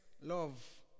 love